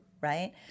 right